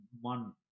one